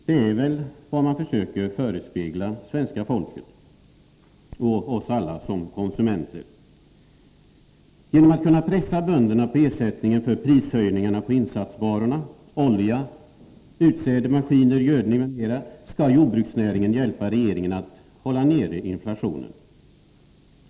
Det är väl vad man försöker förespegla svenska folket och oss alla som konsumenter. Genom att bönderna pressas på ersättningen för prishöjningarna på insatsvarorna, olja, utsäde, maskiner, gödning m.m. skall jordbruksnäringen hjälpa regeringen att hålla nere inflationen.